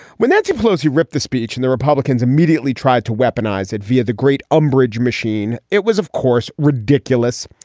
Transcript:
when nancy pelosi ripped the speech and the republicans immediately tried to weaponize it via the great umbrage machine, it was, of course, ridiculous.